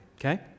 okay